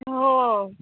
हो